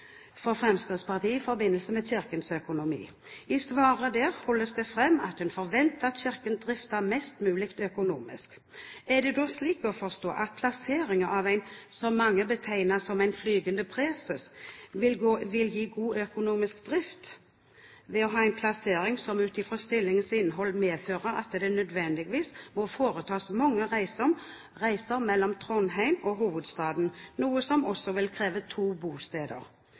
Fremskrittspartiet i forbindelse med Kirkens økonomi. I svaret holdes det fram at hun forventer at Kirken drifter mest mulig økonomisk. Er det da slik å forstå at slik plassering av en som av mange blir betegnet som en flygende preses, vil gi god økonomisk drift? Å ha en plassering som ut fra stillingens innhold medfører at det nødvendigvis må foretas mange reiser mellom Trondheim og hovedstaden – noe som også vil kreve to bosteder